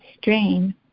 strain